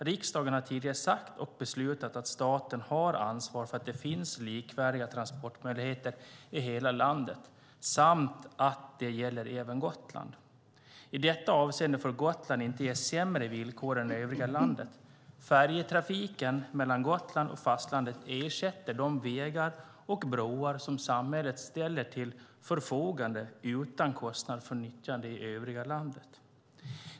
Riksdagen har tidigare sagt och beslutat att staten har ansvar för att det finns likvärdiga transportmöjligheter i hela landet samt att det även gäller Gotland. I detta avseende får Gotland inte ges sämre villkor än övriga landet. Färjetrafiken mellan Gotland och fastlandet ersätter de vägar och broar som samhället ställer till förfogande utan kostnad för nyttjande i övriga landet.